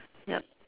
ya